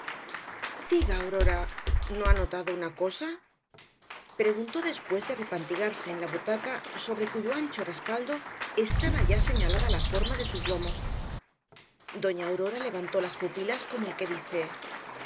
diga aurora no ha notado una cosa preguntó después de repantigarse en la butaca sobre cuyo ancho respaldo estaba ya señalada la forma de sus lomos doña aurora levantó las pupilas como el que dice